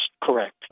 correct